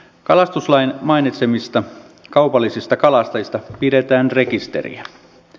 kalastuslain mainitsemista kaupallisista kalastajista pidetään rekisteriä